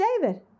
David